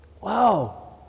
Wow